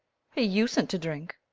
he usen't to drink.